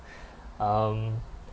um